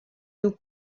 nous